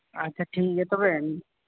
ᱟᱪᱪᱷᱟ ᱴᱷᱤᱠ ᱜᱮᱭᱟ ᱛᱚᱵᱮ